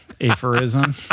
aphorism